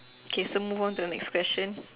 K so move on to the next question